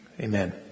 Amen